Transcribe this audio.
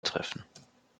treffen